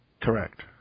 Correct